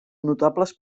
notables